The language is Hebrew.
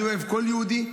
אני אוהב כל יהודי,